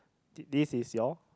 this this is your